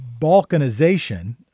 balkanization